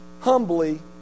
humbly